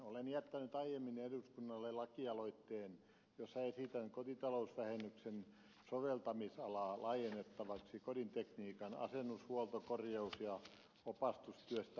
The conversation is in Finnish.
olen jättänyt aiemmin eduskunnalle lakialoitteen jossa esitän kotitalousvähennyksen soveltamisalaa laajennettavaksi kodin tekniikan asennus huolto korjaus ja opastustyöstä aiheutuviin kustannuksiin